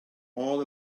all